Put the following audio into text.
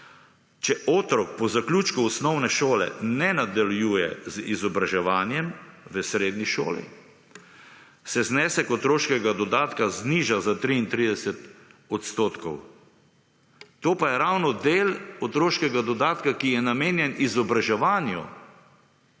Če otrok po zaključku osnovne šole ne nadaljuje z izobraževanjem v srednji šoli, se znesek otroškega dodatka zniža za 33 %, to pa je ravno del otroškega dodatka, ki je namenjen izobraževanju.